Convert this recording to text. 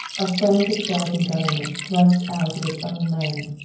a frantic belgian government, thrust out of its own land,